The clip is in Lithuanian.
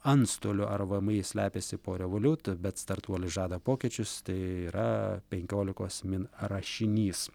antstolių ar vmi slepiasi po revoliut bet startuolis žada pokyčius tai yra penkiolikos min rašinys